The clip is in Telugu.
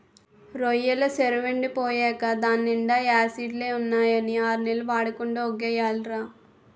రొయ్యెల సెరువెండి పోయేకా దాన్నీండా యాసిడ్లే ఉన్నాయని ఆర్నెల్లు వాడకుండా వొగ్గియాలిరా